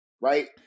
right